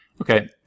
okay